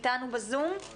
שתי